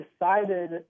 decided